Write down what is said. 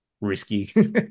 risky